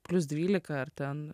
plius dvylika ar ten